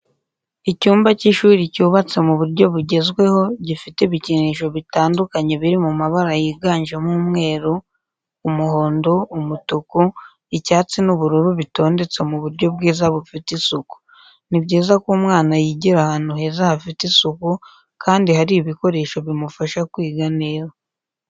Icyumba cy'ishuri cyubatse mu buryo bugezweho gifite ibikinisho bitandukanye biri mabara yiganjemo umweru, umuhondo, umutuku, icyatsi n'ubururu bitondetse mu buryo bwiza bufite isuku. Ni byiza ko umwana yigira ahantu heza hafite isuku kandi hari ibikoresho bimufasha kwiga neza.